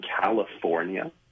California